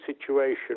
situation